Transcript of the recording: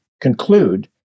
conclude